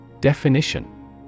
Definition